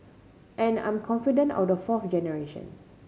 and I'm confident of the fourth generation